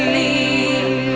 a